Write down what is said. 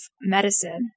medicine